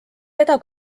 seda